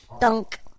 Dunk